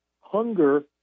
hunger